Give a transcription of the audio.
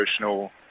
emotional